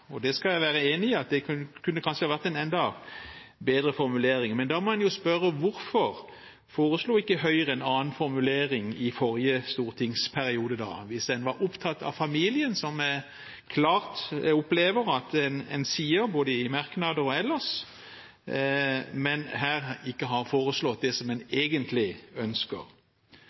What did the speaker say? enhet». Jeg skal være enig i at det kanskje kunne vært en enda bedre formulering. Men da må en jo spørre hvorfor ikke Høyre foreslo en annen formulering i forrige stortingsperiode hvis en var opptatt av familien, som jeg klart opplever at en sier både i merknader og ellers, og her ikke har foreslått det som en egentlig ønsker.